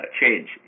change